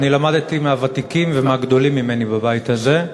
למדתי מהוותיקים ומהגדולים ממני בבית הזה.